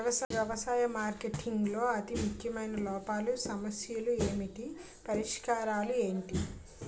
వ్యవసాయ మార్కెటింగ్ లో అతి ముఖ్యమైన లోపాలు సమస్యలు ఏమిటి పరిష్కారాలు ఏంటి?